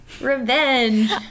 Revenge